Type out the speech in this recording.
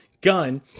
gun